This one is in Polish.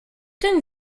tym